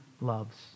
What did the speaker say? loves